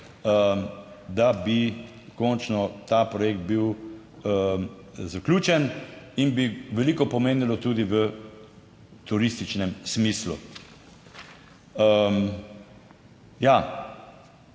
da bi končno ta projekt bil zaključen in bi veliko pomenilo tudi v turističnem smislu.